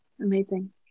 Amazing